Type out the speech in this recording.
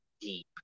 deep